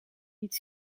iets